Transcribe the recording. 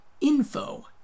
info